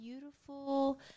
beautiful